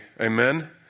Amen